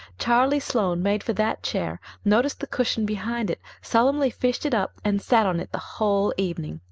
charlie sloane made for that chair, noticed the cushion behind it, solemnly fished it up, and sat on it the whole evening.